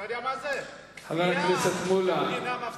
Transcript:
המדינה מפסידה.